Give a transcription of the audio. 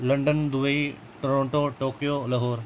London Dubai Toronto Tokyo Lahore